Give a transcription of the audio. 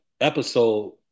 episode